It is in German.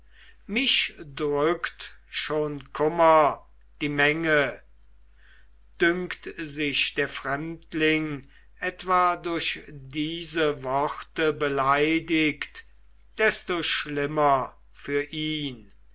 mich drückt schon kummer die menge dünkt sich der fremdling etwa durch diese worte beleidigt desto schlimmer für ihn